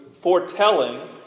foretelling